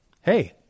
hey